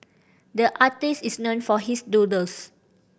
the artist is known for his doodles